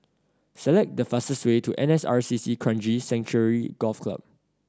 select the fastest way to N S R C C Kranji Sanctuary Golf Club